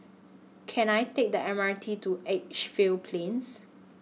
Can I Take The M R T to Edgefield Plains